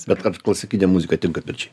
bet kad klasikinė muzika tinka pirčiai